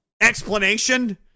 explanation